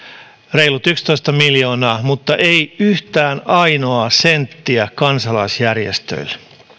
reilut yksitoista miljoonaa mutta ei yhtään ainoaa senttiä kansalaisjärjestöille